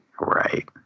Right